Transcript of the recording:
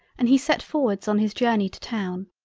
and he set forwards on his journey to town.